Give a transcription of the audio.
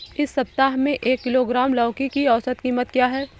इस सप्ताह में एक किलोग्राम लौकी की औसत कीमत क्या है?